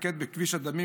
להתמקד בכביש הדמים,